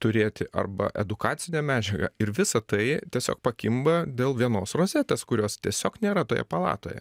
turėti arba edukacinę medžiagą ir visa tai tiesiog pakimba dėl vienos rozetės kurios tiesiog nėra toje palatoje